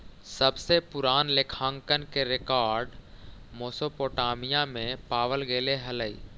सबसे पूरान लेखांकन के रेकॉर्ड मेसोपोटामिया में पावल गेले हलइ